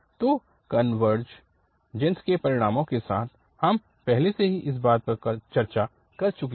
तो कनवर्ज के परिणामों के साथ हम पहले ही इस बात पर चर्चा कर चुके हैं